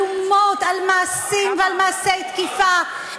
התפרסמו עדויות איומות על מעשים ומעשי תקיפה.